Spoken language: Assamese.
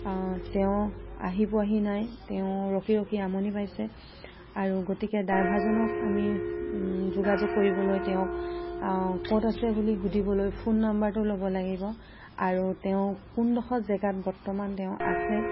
তেওঁ আহি পোৱাহি নাই তেওঁ ৰখি ৰখি আমনি পাইছে আৰু গতিকে ড্ৰাইভাৰজনক আমি যোগাযোগ কৰিবলৈ তেওঁক ক'ত আছে বুলি সুধিবলৈ ফোন নম্বৰটো ল'ব লাগিব আৰু তেওঁক কোনডোখৰ জেগাত বৰ্তমান তেওঁ আছে